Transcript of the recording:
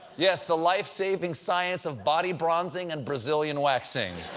yes, the life-saving science of body bronzing and brazilian waxing,